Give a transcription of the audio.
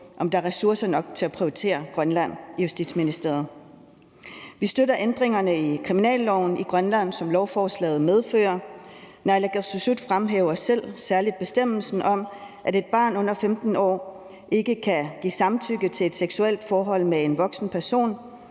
om der er ressourcer nok til at prioritere Grønland i Justitsministeriet. Vi støtter ændringerne i kriminalloven i Grønland, som lovforslaget medfører. Naalakkersuisut fremhæver selv særlig bestemmelsen om, at et barn på under 15 år ikke kan give samtykke til et seksuelt forhold med en voksen person,